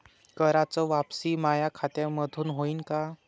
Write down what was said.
कराच वापसी माया खात्यामंधून होईन का?